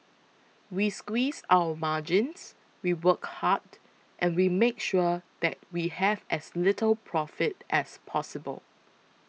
we squeeze our margins we work hard and we make sure that we have as little profit as possible